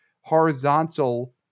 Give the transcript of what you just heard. horizontal